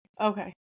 Okay